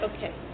Okay